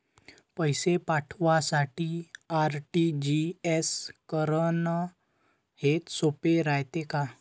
पैसे पाठवासाठी आर.टी.जी.एस करन हेच सोप रायते का?